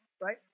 Right